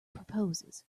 proposes